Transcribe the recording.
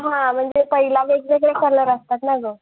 हां म्हणजे पहिला वेगवेगळे कलर असतात ना गं